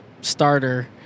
Starter